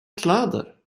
kläder